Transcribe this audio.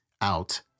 Out